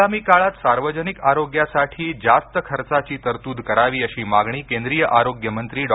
आगामी काळात सार्वजनिक आरोग्यासाठी जास्त खर्चाची तरतूद करावी अशी मागणी केंद्रीय आरोग्य मंत्री डॉ